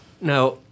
Now